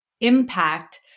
impact